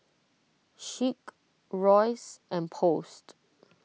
Schick Royce and Post